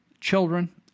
children